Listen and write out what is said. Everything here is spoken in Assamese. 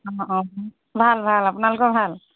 অ' অ' ভাল ভাল আপোনালোকৰ ভাল